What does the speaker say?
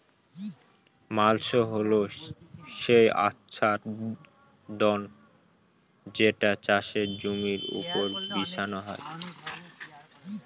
mulch হল সেই আচ্ছাদন যেটা চাষের জমির ওপর বিছানো হয়